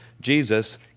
Jesus